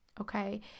okay